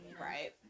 right